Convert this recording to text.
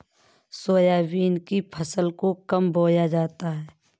Soybean की फसल को कब बोया जाता है?